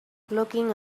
looking